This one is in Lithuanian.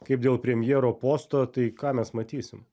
kaip dėl premjero posto tai ką mes matysim